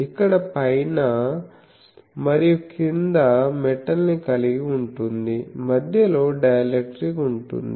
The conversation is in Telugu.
ఇక్కడ పైన మరియు క్రింద మెటల్ ని కలిగి ఉంటుంది మధ్యలో డైఎలక్ట్రిక్ ఉంటుంది